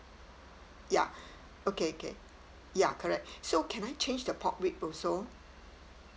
ya okay okay ya correct so can I change the pork rib also